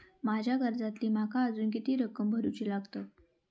माझ्या कर्जातली माका अजून किती रक्कम भरुची लागात?